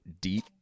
deep